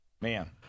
man